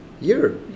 year